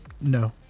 No